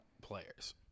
players